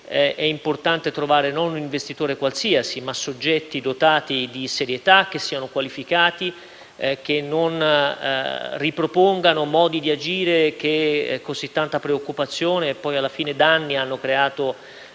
è importante trovare non un investitore qualsiasi ma soggetti dotati di serietà, che siano qualificati e che non ripropongano modi di agire che così tanta preoccupazione, e poi alla fine anche danni, hanno creato